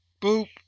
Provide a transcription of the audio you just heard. boop